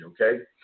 okay